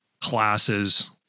classes